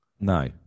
No